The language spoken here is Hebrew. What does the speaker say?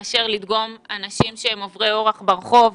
שונה מאשר לדגום אנשים שהם עוברי אורח ברחוב.